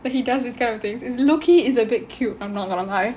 but he does this kind of things is low key is a bit cute I'm not going to lie